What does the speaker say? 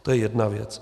To je jedna věc.